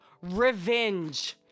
revenge